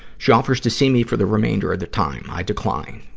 she offers to see me for the remainder of the time i decline.